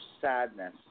Sadness